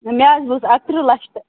مےٚ حظ بوٗز اَکہ تٕرٛہ لچھ تہٕ